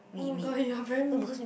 oh my god you are very mean